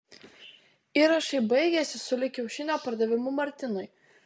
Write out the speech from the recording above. įrašai baigiasi sulig kiaušinio pardavimu martinui